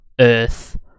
Earth